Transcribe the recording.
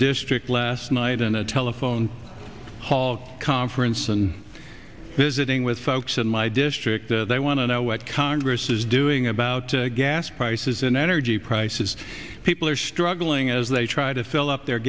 district last night in a telephone call conference and visiting with folks in my district they want to know what congress is doing about gas prices and energy prices people are struggling as they try to fill up their